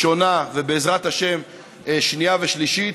ראשונה, ובעזרת השם בשנייה ושלישית.